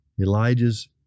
Elijah's